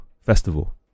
festival